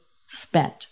spent